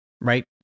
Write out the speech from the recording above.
Right